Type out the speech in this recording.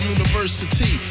University